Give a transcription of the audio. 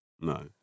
No